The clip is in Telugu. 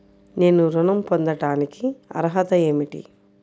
నేను ఋణం పొందటానికి అర్హత ఏమిటి?